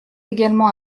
également